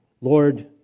Lord